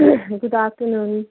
good afternoon